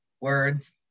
words